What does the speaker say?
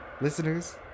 Listeners